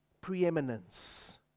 preeminence